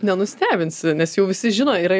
nenustebinsi nes jau visi žino yra